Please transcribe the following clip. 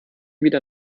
wieder